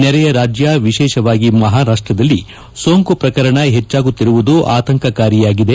ನೆರೆಯ ನರಾಜ್ಯ ವಿಶೇಷವಾಗಿ ಮಹಾರಾಷ್ಟದಲ್ಲಿ ಸೋಂಕು ಪ್ರಕರಣ ಹೆಚ್ಚಾಗುತ್ತಿರುವುದು ಆತಂಕಕಾರಿಯಾಗಿದೆ